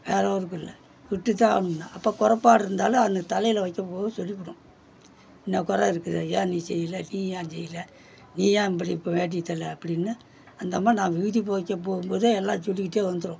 வேறு ஊருக்கு இல்லை இட்டு தான் ஆகணும்னால் அப்போ குறைப்பாடு இருந்தாலும் அந்த தலையில் வைக்கும் போது சரிப்படும் இன்ன குறை இருக்குது ஏன் நீ செய்யலை நீ ஏன் செய்லை நீ ஏன் இப்படி இப்போ வேட்டியை தரலை அப்படினு அந்த அம்மா நான் விபூதி வைக்க போகும் போதே எல்லாம் சொல்லிகிட்டே வந்துடும்